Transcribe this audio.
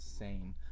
insane